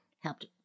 helped